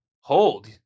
Hold